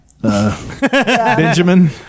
Benjamin